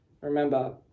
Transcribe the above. Remember